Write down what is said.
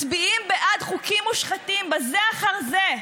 מצביעים בעד חוקים מושחתים זה אחר זה,